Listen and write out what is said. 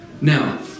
Now